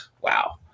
Wow